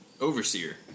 Overseer